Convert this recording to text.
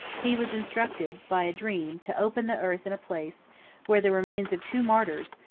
he was instructed, by a dream, to open the earth in a place where the remains of two martyrs,